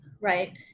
right